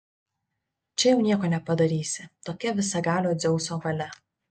čia jau nieko nepadarysi tokia visagalio dzeuso valia